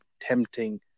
tempting